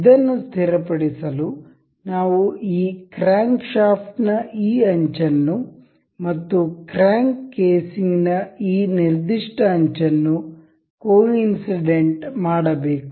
ಇದನ್ನು ಸ್ಥಿರಪಡಿಸಲು ನಾವು ಈ ಕ್ರ್ಯಾಂಕ್ ಶಾಫ್ಟ್ ನ ಈ ಅಂಚನ್ನು ಮತ್ತು ಕ್ರ್ಯಾಂಕ್ ಕೇಸಿಂಗ್ ನ ಈ ನಿರ್ದಿಷ್ಟ ಅಂಚನ್ನು ಕೊಇನ್ಸಿಡೆಂಟ್ ಮಾಡಬೇಕು